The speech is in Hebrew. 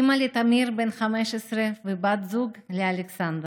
אימא לתמיר בן ה-15 ובת זוג לאלכסנדר,